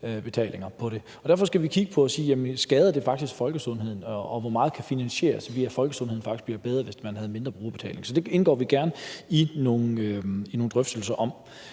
brugerbetalinger på det. Derfor skal vi kigge på det og spørge, om det faktisk skader folkesundheden, og hvor meget der kan finansieres, ved at folkesundheden faktisk bliver bedre, hvis man havde mindre brugerbetaling. Så det indgår vi gerne i nogle drøftelser om.